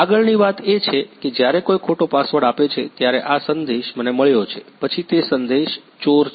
આગળની વાત એ છે કે જ્યારે કોઈ ખોટો પાસવર્ડ આપે છે ત્યારે આ સંદેશ મને મળ્યો છે પછી તે સંદેશ ચોર છે